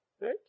Right